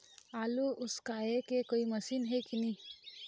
आलू उसकाय के कोई मशीन हे कि नी?